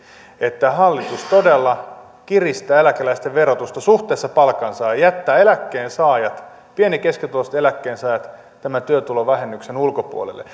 että hallitus todella kiristää eläkeläisten verotusta suhteessa palkansaajiin ja jättää eläkkeensaajat pieni ja keskituloiset eläkkeensaajat tämän työtulovähennyksen ulkopuolelle